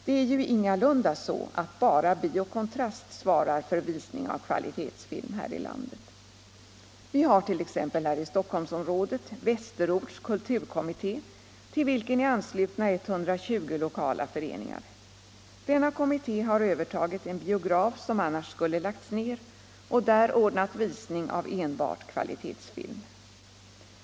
Det är ju ingalunda så att bara Bio Kontrast svarar för visning av kvalitetsfilm här i landet. Vi hart.ex. här i Stockholmsområdet Västerorts kulturkommitté, till vilken är anslutna 120 lokala föreningar. Denna kommitté har övertagit en biograf, som annars skulle ha lagts ner, och där ordnat visning av enbart kvalitetsfilm.